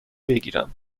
بگیرم